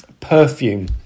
perfume